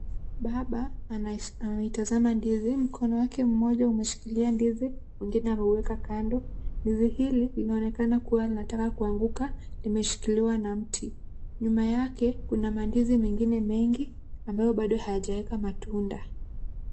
Baba anaitazama ndizi mkono wake mmoja umeshikilia ndizi. mwingine ameuweka kando ndizi hili linaonekana kuwa linataka kuanguka. limeshikiliwa na mti nyuma yake kuna mandizi mengine mengi abao bado hayajaweka matunda.